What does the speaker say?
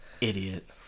Idiot